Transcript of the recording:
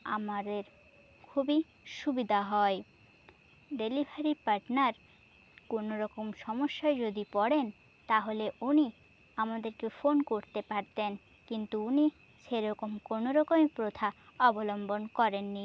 আমাদের খুবই সুবিধা হয় ডেলিভারি পার্টনার কোনরকম সমস্যায় যদি পড়েন তাহলে উনি আমাদেরকে ফোন করতে পারতেন কিন্তু উনি সেরকম কোনরকমই প্রথা অবলম্বন করেন নি